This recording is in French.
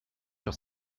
sur